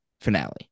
finale